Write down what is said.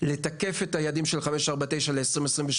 על מנת לתקף את היעדים של 549 ל-2023.